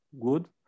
good